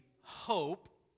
hope